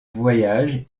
voyages